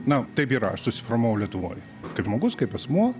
na taip yra aš susiformavau lietuvoj kaip žmogus kaip asmuo